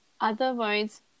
Otherwise